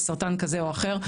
סרטן כזה או אחר,